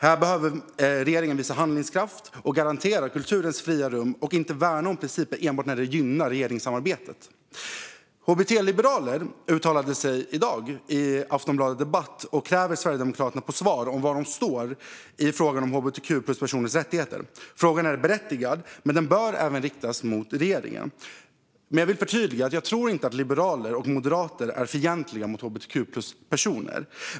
Här behöver regeringen visa handlingskraft och garantera kulturens fria rum och inte värna om principen enbart när det gynnar regeringssamarbetet. Hbt-liberaler uttalar sig i dag i Aftonbladet debatt och kräver Sverigedemokraterna på svar om var de står i frågan om hbtq-plus-personers rättigheter. Frågan är berättigad, men den bör även riktas till regeringen. Jag vill förtydliga att jag inte tror att liberaler och moderater är fientliga mot hbtq-plus-personer.